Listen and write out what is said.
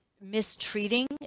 mistreating